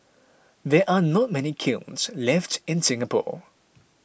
there are not many kilns left in Singapore